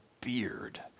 beard